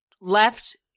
left